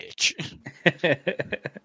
bitch